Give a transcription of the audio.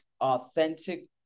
authentic